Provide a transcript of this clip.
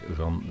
van